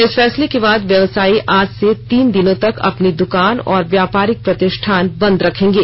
इस फैसले के बाद व्यवसायी आज से तीन दिनों तक अपनी दुकान और व्यापारिक प्रतिष्ठान बंद रखेंगे